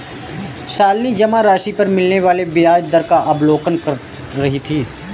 शालिनी जमा राशि पर मिलने वाले ब्याज दर का अवलोकन कर रही थी